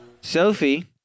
Sophie